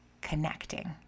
connecting